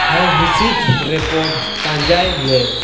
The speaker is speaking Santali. ᱦᱚᱭ ᱦᱤᱸᱥᱤᱫ ᱨᱮᱯᱳᱨᱴ ᱯᱟᱸᱡᱟᱭᱢᱮ